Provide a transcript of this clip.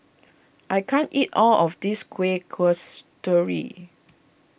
I can't eat all of this Kuih Kasturi